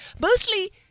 mostly